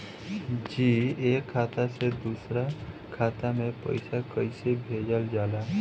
जी एक खाता से दूसर खाता में पैसा कइसे भेजल जाला?